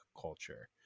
culture